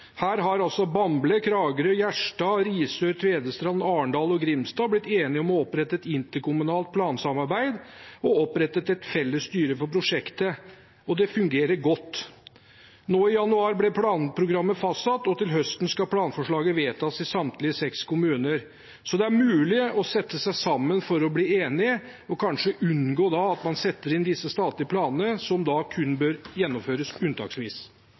opprette et interkommunalt plansamarbeid. De har opprettet et felles styre for prosjektet, og det fungerer godt. Nå i januar ble planprogrammet fastsatt, og til høsten skal planforslaget vedtas i samtlige seks kommuner. Så det er mulig å sette seg sammen for å bli enige, og kanskje unngå at man setter inn disse statlige planene, som kun bør gjennomføres unntaksvis.